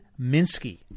Minsky